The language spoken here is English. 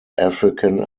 african